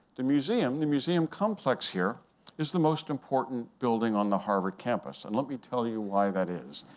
the museum the museum complex here is the most important building on the harvard campus. and let me tell you why that is.